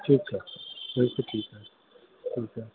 ठीकु आहे ठीकु आहे ठीकु आहे